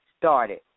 started